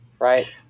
right